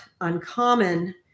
uncommon